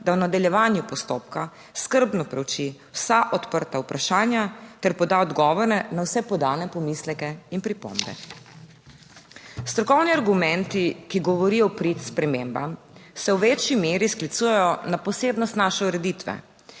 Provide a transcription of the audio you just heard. da v nadaljevanju postopka skrbno preuči vsa odprta vprašanja ter poda odgovore na vse podane pomisleke in pripombe. Strokovni argumenti, ki govorijo v prid spremembam, se v večji meri sklicujejo na posebnost naše ureditve.